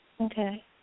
Okay